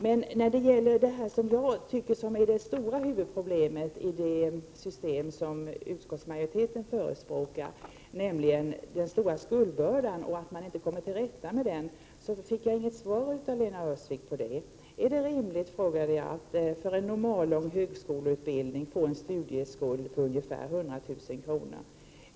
Jag fick inget svar från Lena Öhrsvik på min fråga om det stora huvudproblemet med det system som utskottets majoritet förespråkar, nämligen den stora skuldbördan och det faktum att man inte kommer till rätta med den. Jag frågade om det var rimligt att man för en normallång högskoleutbildning skall få en studieskuld på ungefär 100 000 kr.